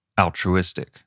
altruistic